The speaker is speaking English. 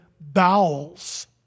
bowels